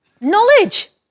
knowledge